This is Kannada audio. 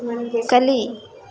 ಕಲಿ